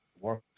work